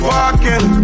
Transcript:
Walking